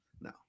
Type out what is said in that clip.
no